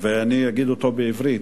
ואני אגיד אותו בעברית,